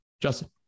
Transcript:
Justin